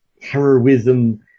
heroism